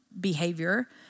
behavior